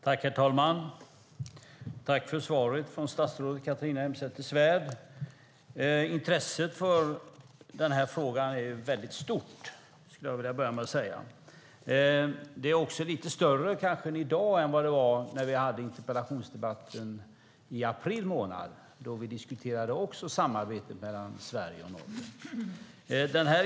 Herr talman! Tack för svaret, statsrådet Catharina Elmsäter-Svärd! Jag skulle vilja börja med att säga att intresset för frågan är stort. Det är kanske lite större i dag än det var när vi hade interpellationsdebatten i april månad då vi också diskuterade samarbetet mellan Sverige och Norge.